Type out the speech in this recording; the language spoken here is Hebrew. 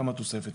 כמה תוספת.